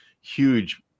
huge